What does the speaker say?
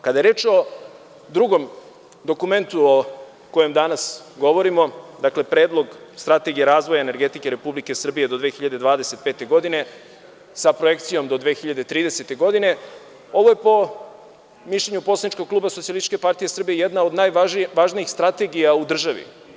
Kada je reč o drugom dokumentu o kojem danas govorimo, dakle, Predlog startegije razvoja energetike Republike Srbije do 2025. godine, sa projekcijom do 2030. godine, ovo je po mišljenju poslaničkog kluba SPS jedna od najvažnijih strategija u državi.